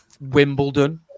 Wimbledon